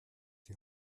die